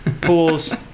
pools